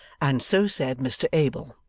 and so said mr abel.